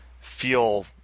feel